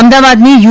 અમદાવાદની યુ